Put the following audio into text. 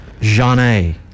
Jeanne